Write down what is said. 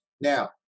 Now